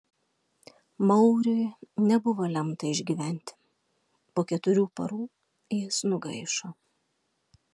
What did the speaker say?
mauriui nebuvo lemta išgyventi po keturių parų jis nugaišo